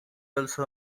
also